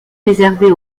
réservée